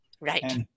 right